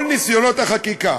כל ניסיונות החקיקה